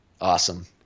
Awesome